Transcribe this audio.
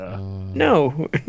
No